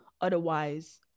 otherwise